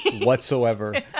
whatsoever